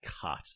cut